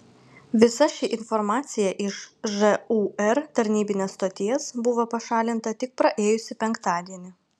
visa ši informacija iš žūr tarnybinės stoties buvo pašalinta tik praėjusį penktadienį